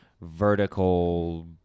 vertical